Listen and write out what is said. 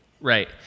Right